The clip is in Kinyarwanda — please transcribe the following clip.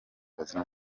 bazimya